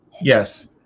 Yes